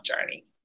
journey